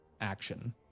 action